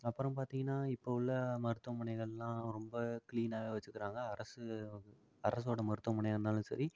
அப்புறம் பார்த்திங்கன்னா இப்போது உள்ள மருத்துவமனைகள்லாம் ரொம்ப க்ளீனாகவே வச்சுக்குறாங்க அரசு அரசோட மருத்துவமனையாக இருந்தாலும் சரி